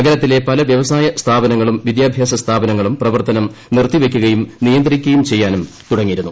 നഗരത്തിലെ പല വ്യവസായ സ്ഥാപനങ്ങളും വിദ്യാഭ്യാസ സ്ഥാപനങ്ങളും പ്രവർത്തനം നിർത്തിവയ്ക്കുകയും നിയന്ത്രിക്കുകയും ഒചയ്യാനും തുടങ്ങിയിരുന്നു